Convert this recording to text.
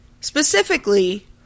specifically